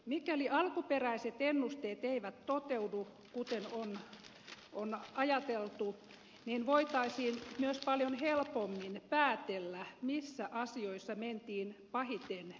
mikäli alkuperäiset ennusteet eivät toteudu kuten on ajateltu voitaisiin myös paljon helpommin päätellä missä asioissa mentiin pahiten metsään